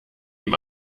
dem